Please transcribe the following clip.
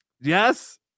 Yes